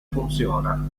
funziona